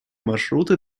маршруты